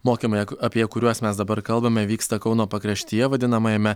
mokymai apie kuriuos mes dabar kalbame vyksta kauno pakraštyje vadinamajame